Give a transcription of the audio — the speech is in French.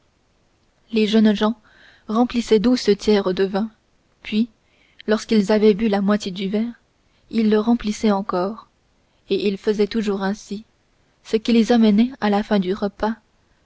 les jeunes gens remplissaient d'eau ce tiers de vin puis lorsqu'ils avaient bu la moitié du verre ils le remplissaient encore et ils faisaient toujours ainsi ce qui les amenait à la fin du repas